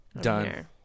Done